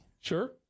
Sure